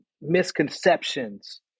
misconceptions